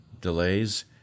delays